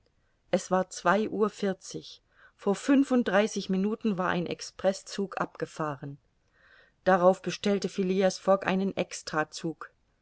es war zwei uhr vierzig vor fünfunddreißig minuten war ein expreßzug abgefahren darauf bestellte phileas fogg einen